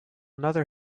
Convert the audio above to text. another